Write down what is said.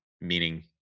meaning